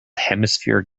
hemisphere